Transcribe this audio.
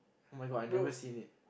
[oh]-my-god I've never seen it